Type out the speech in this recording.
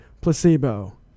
placebo